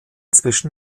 zwischen